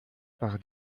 par